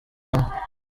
hamwe